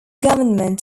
government